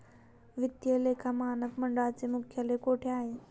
वित्तीय लेखा मानक मंडळाचे मुख्यालय कोठे आहे?